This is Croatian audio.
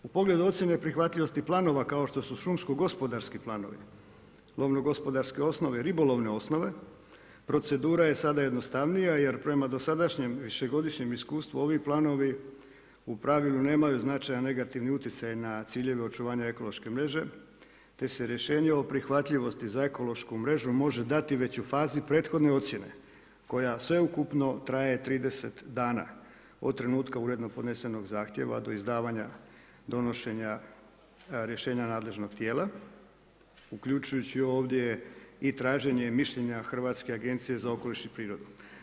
U pogledu ocjene prihvatljivosti planova kao što su šumsko-gospodarski planovi, lovno-gospodarske osnove, ribolovne osnove procedura je sada jednostavnija, jer prema dosadašnjem višegodišnjem iskustvu ovi planovi u pravilu nemaju značajan negativni utjecaj na ciljeve očuvanja ekološke mreže, te se rješenje o prihvatljivosti za ekološku mrežu može dati već i u fazi prethodne ocjene koja sveukupno traje 30 dana od trenutka uredno podnesenog zahtjeva do izdavanja donošenja rješenja nadležnog tijela uključujući ovdje i traženje mišljenja Hrvatske agencije za okoliš i prirodu.